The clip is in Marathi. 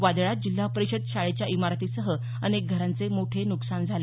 वादळात जिल्हा परिषद शाळेच्या ईमारतीसह अनेक घरांचे मोठे नुकसान झालं